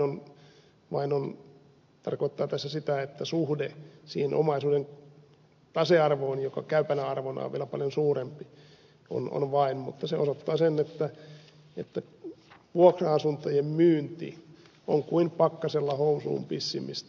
tietysti vain tarkoittaa tässä sitä että suhde siihen omaisuuden tasearvoon joka käypänä arvona on vielä paljon suurempi on vain mutta se osoittaa sen että vuokra asuntojen myynti on kuin pakkasella housuun pissimistä